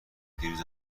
دیروز